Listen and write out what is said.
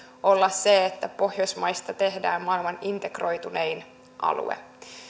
olla se että pohjoismaista tehdään maailman integroitunein alue